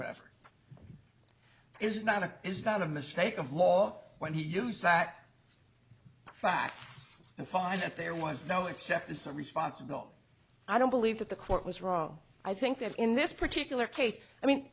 whatever is not a is not a mistake of law when he used that fact and find that there was no except it's a responsibility i don't believe that the court was wrong i think that in this particular case i mean